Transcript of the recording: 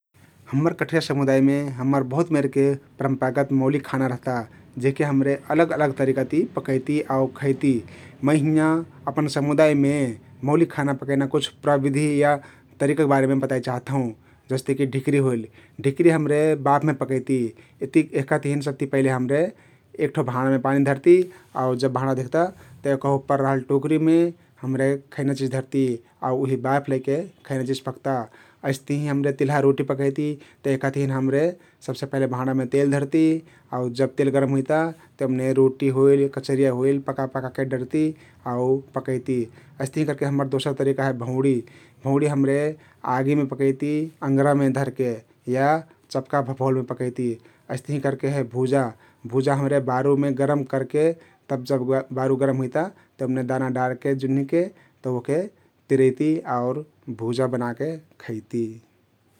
हम्मर कठरिया समुदायमे हम्मर बहुत मेरके परम्परागत मौलिक खाना रहता जेहके हम्रे अलग अलग तरिकाती पकैती आउ खैती । मै हिंया अपन समुदायमे मौलिक खाना पकैना कुछ प्रबिधी या तरिकाक बरेमे बताइ चाहत हौं । जस्ते कि ढिकरी होइल, ढिकरी हम्रे बाफमे पकैती । यहका तहिन सबती पहिले हमरे एक ठो भाँडामे पानी धर्ती आउ जब भाँडा धिक्ता ते यहका उप्पर रहल टोकरीमे हम्रे खैना चिझ धरती आउ उहि बाफ लैके खैना चिझ पक्ता । अइस्तहिं हम्रे तिल्हा रोटी पकैती ते यहका तहिन हम्रे सबसे पहिले भाँडामे तेल धर्ती आउ जब तेल गरम हुइता ते ओमने रोटी होइल, कचरिया होइल पका पका के डर्ती आउ पकैती । अइस्तहिं करके हम्मर दोसर तरिका हे भउँडी, भउँडी हम्रे आगीमे पकैती अङ्गरामे धरके या चपका भभउलमे पकैती । अइस्तहिं करके हे भुजा, भुजा हम्रे बारुमे गरम करके तब जब बारु गरम हुइता तब ओमने दाना डारके जुन्हिके तउ ओहके तिरैती आउर भुजा बनाके खैती ।